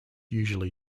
usually